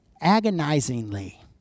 agonizingly